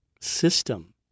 system